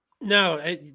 No